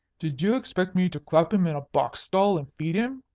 did you expect me to clap him in a box-stall and feed him?